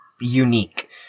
unique